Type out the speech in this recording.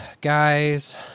guys